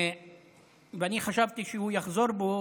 ואני חשבתי שהוא יחזור בו,